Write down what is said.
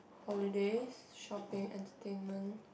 holidays shopping entertainment